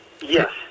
Yes